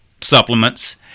supplements